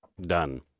done